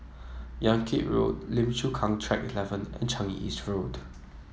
Yan Kit Road Lim Chu Kang Track Eleven and Changi East Road